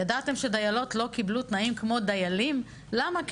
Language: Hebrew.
ידעתם שדיילות לא קיבלו תנאים כמו דיילים, למה?